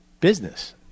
business